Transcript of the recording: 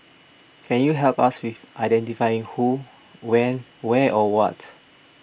can you help us with identifying who when where or what